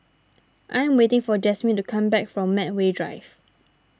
I am waiting for Jasmin to come back from Medway Drive